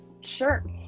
Sure